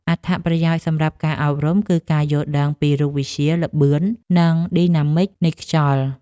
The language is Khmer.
អត្ថប្រយោជន៍សម្រាប់ការអប់រំគឺការយល់ដឹងពី រូបវិទ្យា ល្បឿន និងឌីណាមិកនៃខ្យល់។